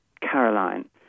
Caroline